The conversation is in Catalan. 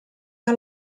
que